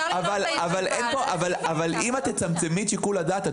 אם תצמצמי את שיקול הדעת,